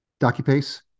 DocuPace